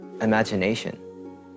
imagination